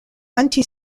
anti